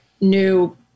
new